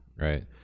right